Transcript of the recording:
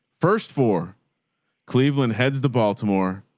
first four cleveland heads, the baltimore,